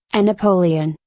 a napoleon,